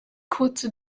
kurze